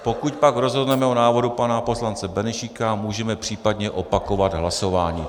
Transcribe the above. Pokud pak rozhodneme o návrhu pana poslance Benešíka, můžeme případně opakovat hlasování.